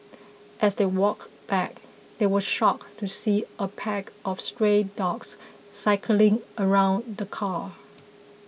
as they walked back they were shocked to see a pack of stray dogs circling around the car